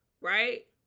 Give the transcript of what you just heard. right